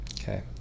Okay